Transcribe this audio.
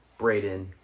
Brayden